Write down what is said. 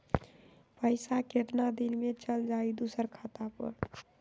पैसा कितना दिन में चल जाई दुसर खाता पर?